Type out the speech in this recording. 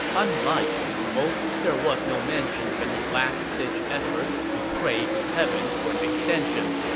unlike the novel, there was no mention of any last-ditch efforts to pray to heaven for an extension.